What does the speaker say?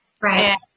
Right